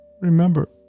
remember